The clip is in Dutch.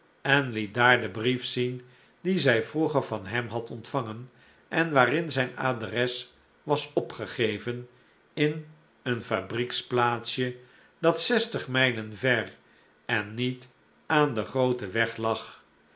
en liet daar den brief zien dien zij vroeger van hem had ontvangen en waarin zijn adres was opgegeven in een fabriekplaatsje dat zestig mijlen ver en niet aan den grooten weg lag